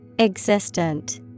Existent